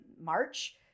March